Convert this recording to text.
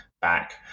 back